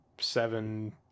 seven